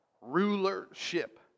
Rulership